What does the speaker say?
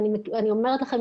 ואני אומרת לכם,